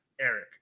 Eric